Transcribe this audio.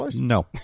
No